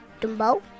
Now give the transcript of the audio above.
Dumbo